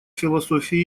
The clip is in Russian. философии